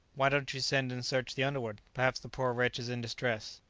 why don't you send and search the underwood? perhaps the poor wretch is in distress.